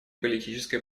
политической